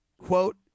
quote